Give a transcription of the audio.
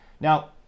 Now